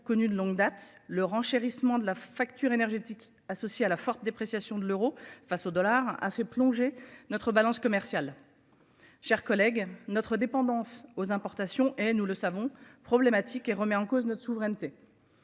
connue de longue date le renchérissement de la facture énergétique associée à la forte dépréciation de l'euro face au dollar à se plonger notre balance commerciale. Chers collègues notre dépendance aux importations et nous le savons problématique et remet en cause notre souveraineté.